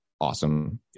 awesome